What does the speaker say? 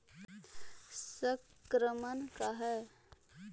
संक्रमण का है?